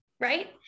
right